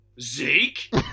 Zeke